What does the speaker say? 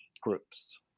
groups